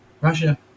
Russia